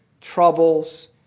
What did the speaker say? troubles